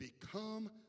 become